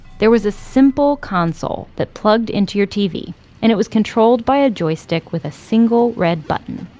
there was a simple console that plugged into your tv and it was controlled by a joystick with a single red button.